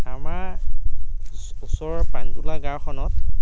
আমাৰ ওচৰৰ পানীতোলা গাঁওখনত